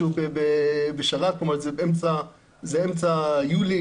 כלומר זה אמצע יוני,